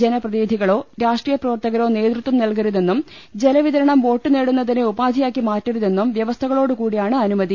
ജനപ്രതിനിധികളോ രാഷ്ട്രീയ പ്രവർത്തകരോ നേതൃതം നൽകരുതെന്നും ജലവിതരണം വോട്ട് നേടുന്നതിന് ഉപാ ധിയാക്കി മാറ്റരുതെന്നും വ്യവസ്ഥകളോടുകൂടിയാണ് അനുമതി